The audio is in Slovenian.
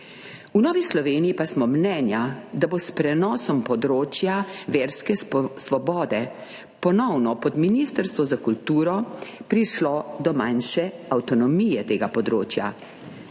V Novi Sloveniji pa smo mnenja, da bo s prenosom področja verske svobode ponovno pod Ministrstvo za kulturo prišlo do manjše avtonomije tega področja.